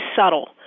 subtle